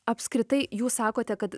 apskritai jūs sakote kad